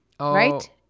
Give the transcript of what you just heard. Right